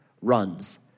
runs